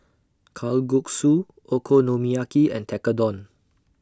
Kalguksu Okonomiyaki and Tekkadon